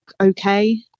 okay